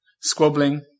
squabbling